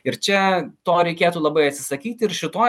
ir čia to reikėtų labai atsisakyti ir šitoj